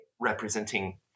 representing